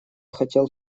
хотел